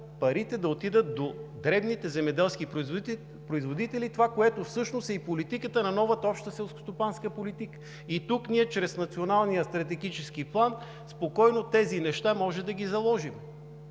парите да отидат до дребните земеделски производители – това, което всъщност е новата обща селскостопанска политика. Тук чрез националния стратегически план спокойно може да заложим